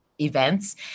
events